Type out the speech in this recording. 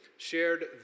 shared